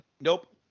Nope